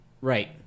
right